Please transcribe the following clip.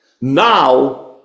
now